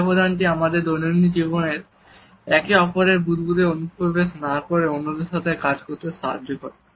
এই ব্যবধানটি আমাদের দৈনন্দিন জীবনে একে অপরের বুদবুদে অনুপ্রবেশ না করে অন্যদের সাথে কাজ করতে সাহায্য করে